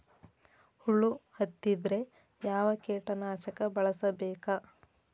ಹುಳು ಹತ್ತಿದ್ರೆ ಯಾವ ಕೇಟನಾಶಕ ಬಳಸಬೇಕ?